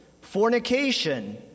fornication